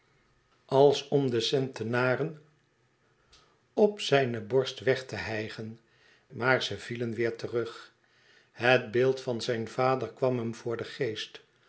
als om de centenaren op zijne borst weg te hijgen maar ze vielen weêr terug het beeld van zijn vader kwam hem voor den geest